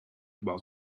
while